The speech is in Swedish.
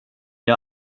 jag